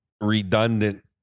redundant